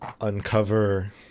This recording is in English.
uncover